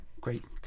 Great